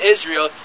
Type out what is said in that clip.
Israel